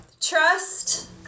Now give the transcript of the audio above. trust